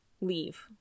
leave